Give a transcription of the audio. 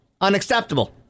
unacceptable